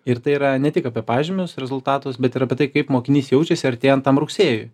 ir tai yra ne tik apie pažymius rezultatus bet ir apie tai kaip mokinys jaučiasi artėjant rugsėjui